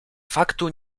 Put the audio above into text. faktu